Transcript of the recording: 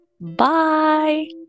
Bye